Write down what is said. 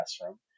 classroom